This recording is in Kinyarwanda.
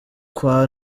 kwa